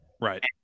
Right